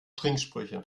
trinksprüche